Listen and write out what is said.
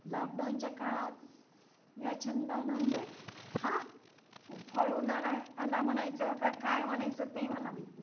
लॉकडाऊनच्या काळात या छंदाना म्हणजे हा उफाळून आणाय आला म्हणायचं काय म्हणायचं ते मला माहीत नाही